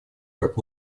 как